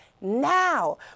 Now